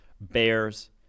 Bears